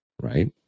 Right